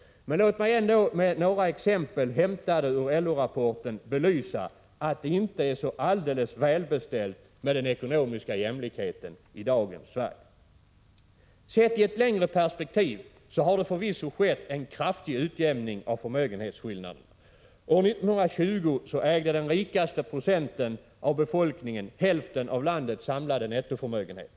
Men låt mig ändå med några exempel hämtade ur LO-rapporten belysa att det inte är så välbeställt med den ekonomiska jämlikheten i dagens Sverige. Sett i ett längre perspektiv har det förvisso skett en kraftig utjämning av förmögenhetsskillnaderna. År 1920 ägde den rikaste procenten av befolkningen hälften av landets samlade nettoförmögenhet.